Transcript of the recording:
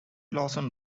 lawson